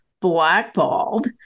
blackballed